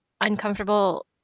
uncomfortable